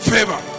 Favor